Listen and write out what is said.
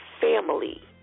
family